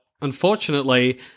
unfortunately